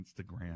Instagram